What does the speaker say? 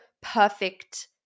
perfect